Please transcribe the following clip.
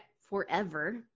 forever